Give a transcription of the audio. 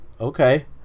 Okay